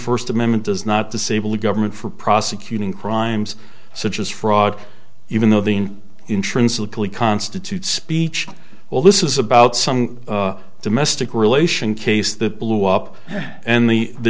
first amendment does not disable the government for prosecuting crimes such as fraud even though the intrinsically constitutes speech well this is about some domestic relation case that blew up and the the